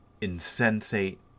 insensate